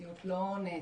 המציאות לא נעצרה.